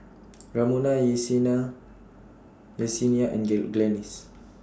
Ramona Yesenia and Glennis